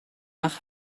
nach